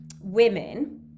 women